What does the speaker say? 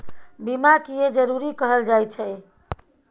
बीमा किये जरूरी कहल जाय छै?